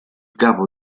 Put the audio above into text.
capo